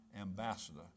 ambassador